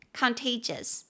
contagious